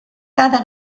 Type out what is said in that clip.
cada